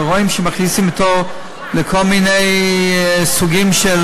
ורואים שמכניסים אותו לכל מיני סוגים של